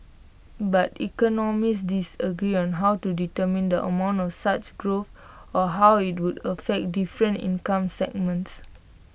but economists disagree on how to determine the amount of such growth or how IT would affect different income segments